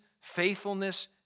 faithfulness